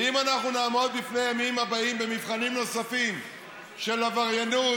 ואם אנחנו נעמוד בימים הבאים בפני מבחנים נוספים של עבריינות,